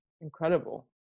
Incredible